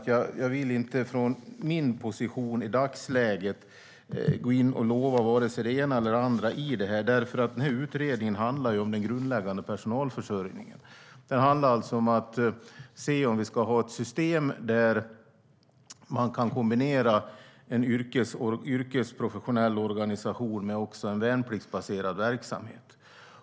Jag vill inte i dagsläget lova vare sig det ena eller det andra, därför att den här utredningen handlar om den grundläggande personalförsörjningen. Den handlar alltså om att se om vi ska ha ett system där man kan kombinera en yrkesprofessionell organisation med en värnpliktsbaserad verksamhet.